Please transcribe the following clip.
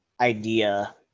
idea